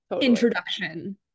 introduction